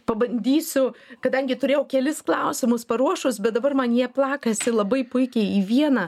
pabandysiu kadangi turėjau kelis klausimus paruošus bet dabar man jie plakasi labai puikiai į vieną